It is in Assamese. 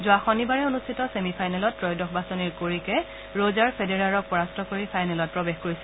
যোৱা শনিবাৰে অনুষ্ঠিত ছেমি ফাইনেলত ত্ৰয়োদশ বাছনিৰ কৰিকে ৰোজাৰ ফেডাৰাৰক পৰাস্ত কৰি ফাইনেলত প্ৰৱেশ কৰিছিল